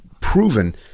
proven